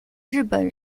日本